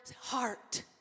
heart